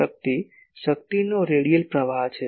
શક્તિ શક્તિનો રેડિયલ પ્રવાહ છે